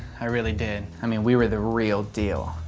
i really did. i mean we were the real deal,